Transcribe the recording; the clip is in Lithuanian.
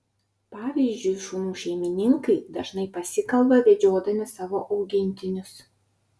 pavyzdžiui šunų šeimininkai dažnai pasikalba vedžiodami savo augintinius